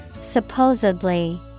Supposedly